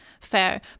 fair